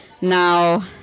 Now